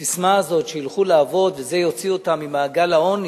הססמה הזאת: שילכו לעבוד וזה יוציא אותם ממעגל העוני,